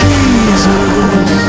Jesus